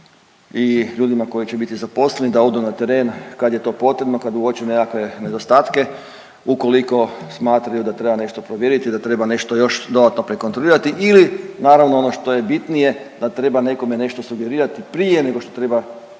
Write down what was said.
i ljudima koji će biti zaposleni, da odu na teren kad je to potrebno kad uoče nekakve nedostatke, ukoliko smatraju da treba nešto provjeriti i da treba nešto još dodatno prekontrolirati ili naravno ono što je bitnije da treba nekome nešto sugerirati prije nego što treba